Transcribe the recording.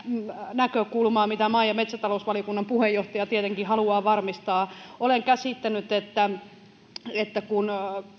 näkökulmaa mitä maa ja metsätalousvaliokunnan puheenjohtaja tietenkin haluaa varmistaa olen käsittänyt että että kun